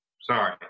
Sorry